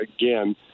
again